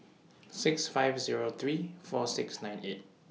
six five Zero three four six nine eight